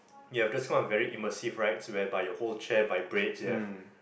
you have this kind of very immersive rides whereby your whole chair vibrates you have